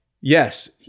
yes